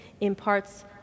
imparts